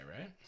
right